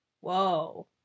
whoa